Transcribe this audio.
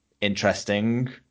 interesting